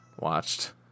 watched